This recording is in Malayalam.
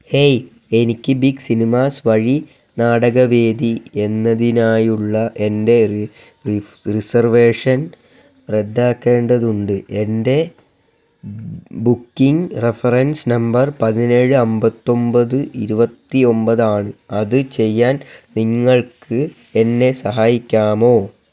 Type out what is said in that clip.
ഹേയ് എനിക്ക് ബിഗ് സിനിമാസ് വഴി നാടകവേദി എന്നതിനായുള്ള എൻ്റെ റിസർവേഷൻ റദ്ദാക്കേണ്ടതുണ്ട് എൻ്റെ ബുക്കിംഗ് റഫറൻസ് നമ്പർ പതിനേഴ് അമ്പത്തൊമ്പത് ഇരുപത്തി ഒമ്പതാണ് അത് ചെയ്യാൻ നിങ്ങൾക്ക് എന്നെ സഹായിക്കാമോ